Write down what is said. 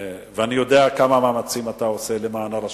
אני יודע כמה מאמצים אתה עושה למען הרשויות.